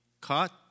caught